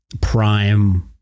prime